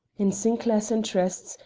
in sinclair's interests,